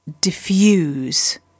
diffuse